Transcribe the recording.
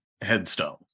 headstone